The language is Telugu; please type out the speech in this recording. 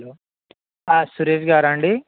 హలో సురేష్ గారా అండి